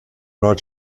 nord